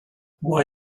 why